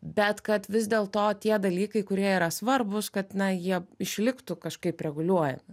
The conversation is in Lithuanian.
bet kad vis dėlto tie dalykai kurie yra svarbūs kad na jie išliktų kažkaip reguliuojami